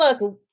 look